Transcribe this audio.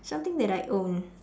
something that I own